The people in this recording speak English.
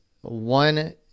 one